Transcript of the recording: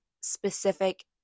specific